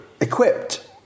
equipped